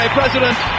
president